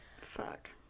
Fuck